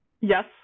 Yes